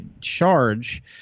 charge